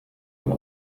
على